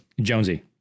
Jonesy